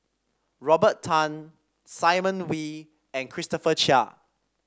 Robert Tan Simon Wee and Christopher Chia